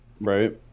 Right